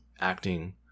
acting